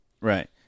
Right